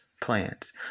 plans